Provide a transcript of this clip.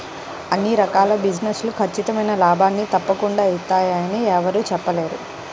అన్ని రకాల బిజినెస్ లు ఖచ్చితమైన లాభాల్ని తప్పకుండా ఇత్తయ్యని యెవ్వరూ చెప్పలేరు